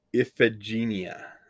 Iphigenia